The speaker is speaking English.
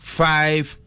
five